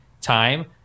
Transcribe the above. time